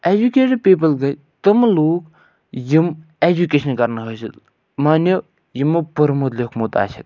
educated people گٔے تِم لوٗکھ یِم ایٚجوٗکیشَن کَرن حٲصِل مٲنِو یِمو پوٚرمُت لیٚوٗکھمُت آسٮ۪کھ